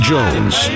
Jones